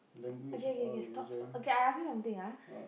okay okay okay stop stop okay I ask you something ah